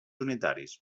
unitaris